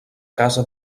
casa